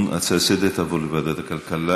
ההצעה להעביר את הנושא לוועדת הכלכלה